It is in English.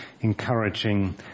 encouraging